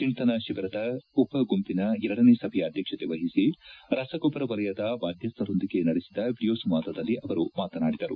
ಚಿಂತನ ಶಿಬಿರದ ಉಪ ಗುಂಪಿನ ಎರಡನೇ ಸಭೆಯ ಅಧ್ಯಕ್ಷತೆ ವಹಿಸಿ ರಸಗೊಬ್ಲರ ವಲಯದ ಬಾಧ್ಲಸ್ತರೊಂದಿಗೆ ನಡೆಸಿದ ವಿಡಿಯೋ ಸಂವಾದದಲ್ಲಿ ಅವರು ಮಾತನಾಡಿದರು